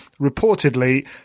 reportedly